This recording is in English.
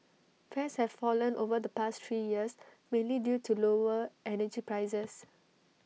fares have fallen over the past three years mainly due to lower energy prices